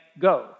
go